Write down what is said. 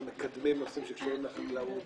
אנחנו מקדמים נושאים שקשורים לחקלאות.